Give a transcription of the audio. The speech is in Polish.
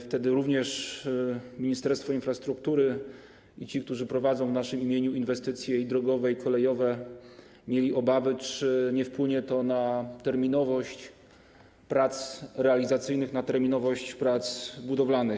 Wtedy również Ministerstwo Infrastruktury i ci, którzy prowadzą w naszym imieniu inwestycje i drogowe, i kolejowe, mieli obawy, czy nie wpłynie to na terminowość prac realizacyjnych, na terminowość prac budowlanych.